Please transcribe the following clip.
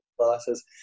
classes